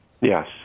Yes